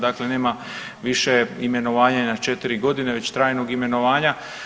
Dakle, nema više imenovanja na četiri godine već trajnog imenovanja.